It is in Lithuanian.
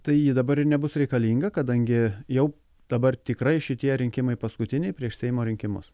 tai ji dabar nebus reikalinga kadangi jau dabar tikrai šitie rinkimai paskutiniai prieš seimo rinkimus